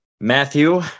Matthew